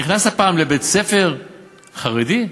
נכנסת פעם לבית-ספר חרדי?